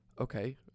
okay